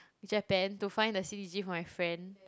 Japan to find the c_d_g for my friend